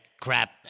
crap